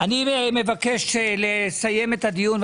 אני מבקש לסיים את הדיון,